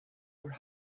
were